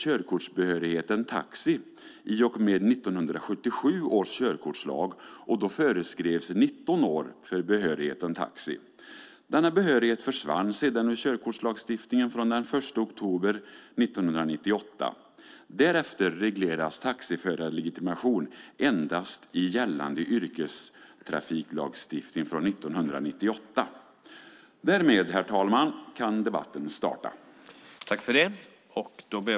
Körkortsbehörighet för taxi infördes i och med 1977 års körkortslag. Då föreskrevs 19 år för taxibehörighet. Denna behörighet försvann sedan ur körkortslagstiftningen, vilket gäller från den 1 oktober 1998. Därefter regleras taxiförarlegitimation endast i gällande yrkestrafiklagstiftning från 1998. Därmed, herr talman, kan debatten starta.